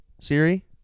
Siri